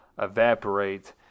evaporate